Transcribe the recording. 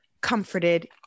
comforted